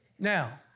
Now